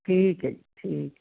ਠੀਕ ਐ ਜੀ ਠੀਕ ਐ